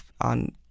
on